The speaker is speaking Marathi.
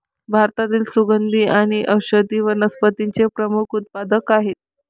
भारतातील सुगंधी आणि औषधी वनस्पतींचे प्रमुख उत्पादक आहेत